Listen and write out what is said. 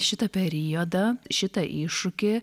šitą periodą šitą iššūkį